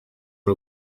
ari